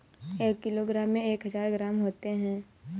एक किलोग्राम में एक हजार ग्राम होते हैं